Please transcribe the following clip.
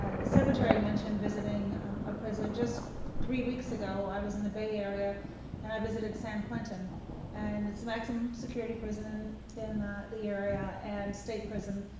ah the secretary mentioned visiting um a prison, just three weeks ago i was in the bay area and i visited san quentin and it's a maximum security prison in in the area and state prison.